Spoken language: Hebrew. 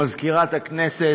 מזכירת הכנסת,